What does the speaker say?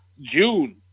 June